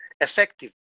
effective